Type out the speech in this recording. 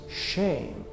shame